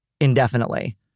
indefinitely